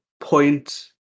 point